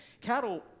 Cattle